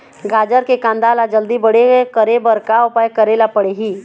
गाजर के कांदा ला जल्दी बड़े करे बर का उपाय करेला पढ़िही?